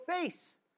face